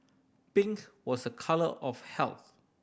pink was a colour of health